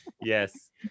Yes